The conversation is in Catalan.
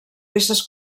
peces